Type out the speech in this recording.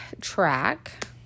track